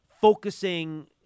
focusing